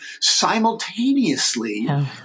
simultaneously